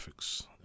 graphics